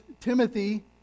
Timothy